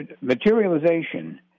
materialization